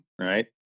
right